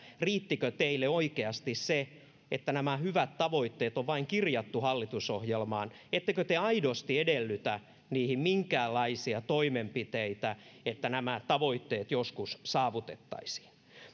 riittikö teille oikeasti se että nämä hyvät tavoitteet on vain kirjattu hallitusohjelmaan ettekö te aidosti edellytä niihin minkäänlaisia toimenpiteitä että nämä tavoitteet joskus saavutettaisiin